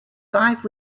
five